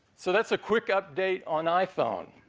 so, that's a quick update on iphone.